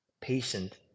patient